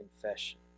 confession